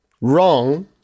wrong